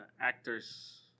actors